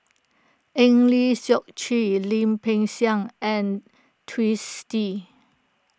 Eng Lee Seok Chee Lim Peng Siang and Twisstii